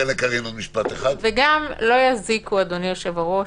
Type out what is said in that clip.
וגם לא יזיקו, אדוני היושב-ראש,